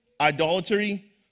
idolatry